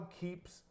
keeps